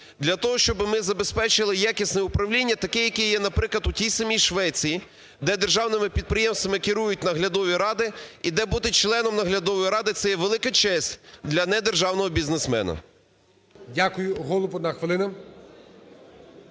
для того, щоб ми забезпечили якісне управління, таке, яке є, наприклад, у тій самій Швеції, де державними підприємствами керують наглядові ради і де бути членом наглядової ради це є велика честь для недержавного бізнесмена. ГОЛОВУЮЧИЙ. Дякую. Голуб – одна хвилина.